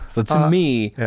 so, to me,